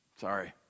Sorry